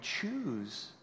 choose